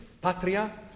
patria